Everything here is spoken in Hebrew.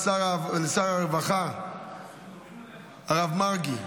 לשר הרווחה הרב מרגי,